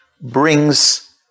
brings